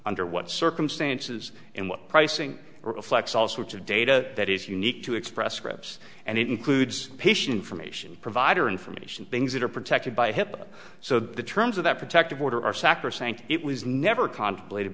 under what circumstances and what pricing reflects all sorts of data that is unique to express scripts and it includes patient from asian provider information things that are protected by hip so the terms of that protective order are sacrosanct it was never contemplated